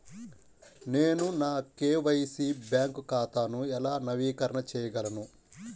నేను నా KYC bank ఖాతాను ఎలా నవీకరణ చేయగలను?